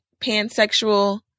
pansexual